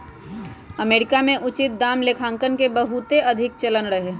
America में उचित दाम लेखांकन के बहुते अधिक चलन रहै